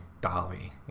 Dolly